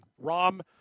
Rom